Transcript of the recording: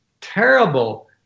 terrible